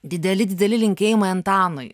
dideli dideli linkėjimai antanui